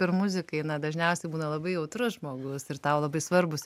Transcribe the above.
ir muzikai na dažniausiai būna labai jautrus žmogus ir tau labai svarbūs